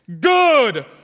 good